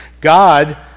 God